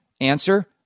Answer